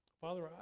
Father